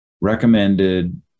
recommended